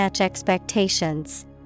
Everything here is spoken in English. Expectations